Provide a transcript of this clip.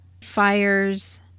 fires